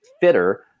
fitter